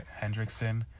Hendrickson